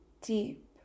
deep